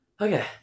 Okay